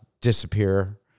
disappear